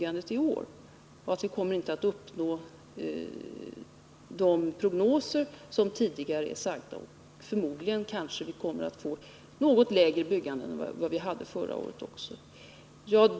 Han menar att vi inte kommer att uppnå målen i de prognoser som tidigare är gjorda och att det förmodligen blir en något lägre byggnadstakt än förra året.